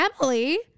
Emily